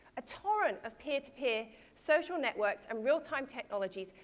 a torrent of peer-to-peer social networks and real-time technologies,